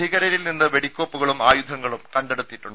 ഭീകരരിൽ നിന്ന് വെടിക്കോ പ്പുകളും ആയുധങ്ങളും കണ്ടെടുത്തു